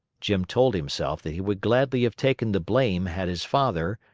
jim told himself that he would gladly have taken the blame had his father,